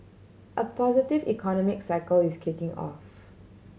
a positive economic cycle is kicking off